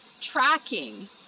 tracking